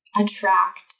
attract